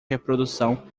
reprodução